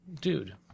dude